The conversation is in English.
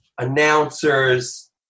announcers